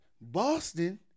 Boston